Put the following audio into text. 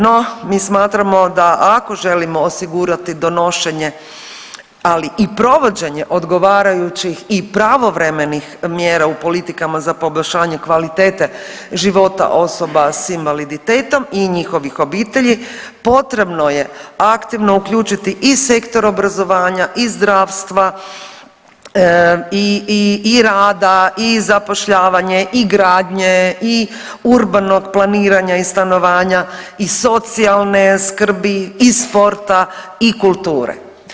No, mi smatramo da ako želimo osigurati donošenje ali i provođenje odgovarajućih i pravovremenih mjera u politikama za poboljšanje kvalitete života osoba sa invaliditetom i njihovih obitelji potrebno je aktivno uključiti i Sektor obrazovanja i zdravstva i rada i zapošljavanje i gradnje i urbanog planiranja i stanovanja i socijalne skrbi i sporta i kulture.